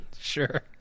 sure